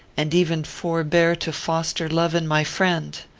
and even forbear to foster love in my friend.